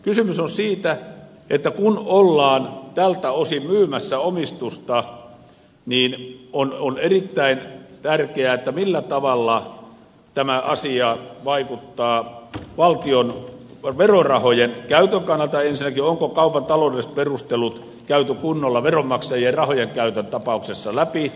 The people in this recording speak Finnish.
kysymys on siitä että kun ollaan tältä osin myymässä omistusta niin on erittäin tärkeää millä tavalla tämä asia vaikuttaa ensinnäkin valtion verorahojen käytön kannalta onko kaupan taloudelliset perustelut käyty kunnolla veronmaksajien rahojen käytön tapauksessa läpi